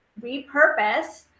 repurpose